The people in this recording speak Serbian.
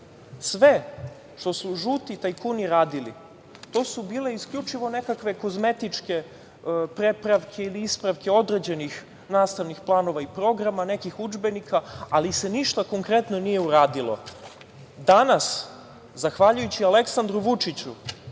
Sve što su žuti tajkuni radili to su bile isključivo nekakve kozmetičke prepravke ili ispravke određenih nastavnih planova i programa, nekih udžbenika, ali se ništa konkretno nije uradilo. Danas zahvaljujući Aleksandru Vučiću